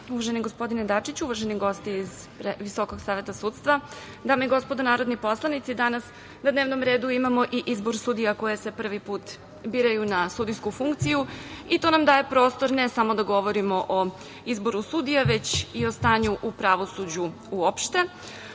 gospodine Dačiću, uvaženi gosti iz VSS, dame i gospodo narodni poslanici, danas na dnevnom redu imamo i izbor sudija koje se prvi put biraju na sudijsku funkciju i to nam daje prostor ne samo da govorimo o izboru sudija, već i o stanju u pravosuđu uopšte,